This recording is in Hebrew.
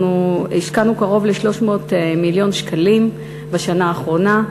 אנחנו השקענו קרוב ל-300 מיליון שקלים בשנה האחרונה,